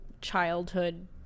childhood